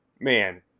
man